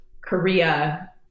Korea